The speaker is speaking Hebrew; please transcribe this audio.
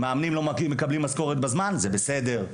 מאמנים לא מקבלים משכורת בזמן זה בסדר.